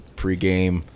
pregame